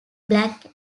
black